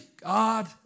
God